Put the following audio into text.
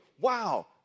Wow